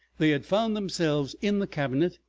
they had found themselves in the cabinet,